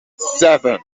seven